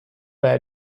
bij